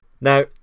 Now